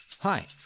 Hi